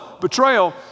betrayal